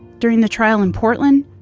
during the trial in portland,